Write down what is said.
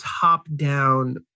top-down